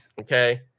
okay